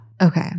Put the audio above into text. Okay